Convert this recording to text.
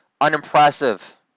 Unimpressive